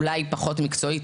אולי היא פחות מקצועית,